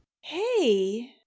Hey